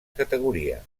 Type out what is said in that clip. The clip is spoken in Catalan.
categoria